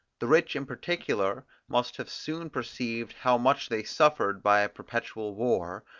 the rich in particular must have soon perceived how much they suffered by a perpetual war,